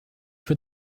für